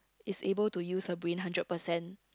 is able to use her brain hundred percent